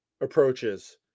approaches